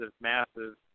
massive